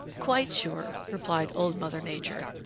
quite sure, replied old mother nature.